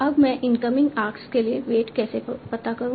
अब मैं incoming arcs के लिए वेट कैसे पता करूं